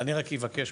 אני רק אבקש,